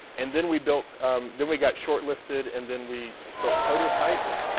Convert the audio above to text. and then we built then we got short-listed and then we built prototypes.